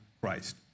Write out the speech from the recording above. Christ